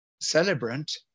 Celebrant